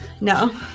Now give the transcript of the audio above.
No